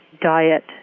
diet